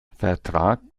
vertrag